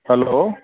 hello